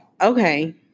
okay